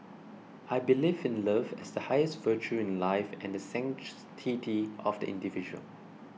I believe in love as the highest virtue in life and sanctity of the individual